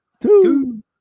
two